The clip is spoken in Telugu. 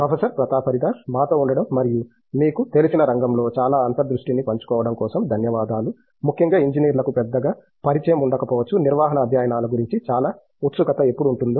ప్రొఫెసర్ ప్రతాప్ హరిదాస్ మాతో ఉండడం మరియు మీకు తెలిసిన రంగంలో చాలా అంతర్దృష్టిని పంచుకోవడం కోసం ధన్యవాదాలు ముఖ్యంగా ఇంజనీర్లకు పెద్దగా పరిచయం ఉండకపోవచ్చు నిర్వహణ అధ్యయనాల గురించి చాలా ఉత్సుకత ఎప్పుడూ ఉంటుంది